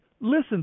Listen